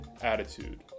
attitude